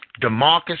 DeMarcus